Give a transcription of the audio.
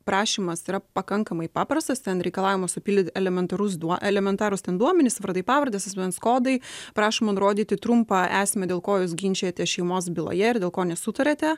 prašymas yra pakankamai paprastas ten reikalavimas supapildyt elementarus duo elementarūs ten duomenys vardai pavardės asmens kodai prašoma nurodyti trumpą esmę dėl ko jūs ginčijatės šeimos byloje ir dėl ko nesutariate